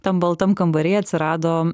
tam baltam kambary atsirado